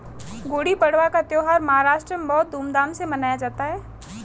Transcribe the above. गुड़ी पड़वा का त्यौहार महाराष्ट्र में बहुत धूमधाम से मनाया जाता है